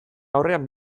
aurrean